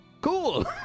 Cool